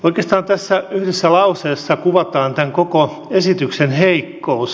oikeastaan tässä yhdessä lauseessa kuvataan tämän koko esityksen heikkous